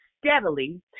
steadily